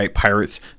Pirates